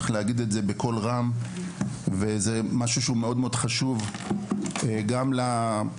צריך להגיד את זה בקול רם וזה משהו שהוא חשוב מאוד גם לאנשים,